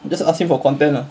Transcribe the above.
just ask him for content lah